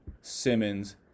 Simmons